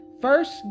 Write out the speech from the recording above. first